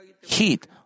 heat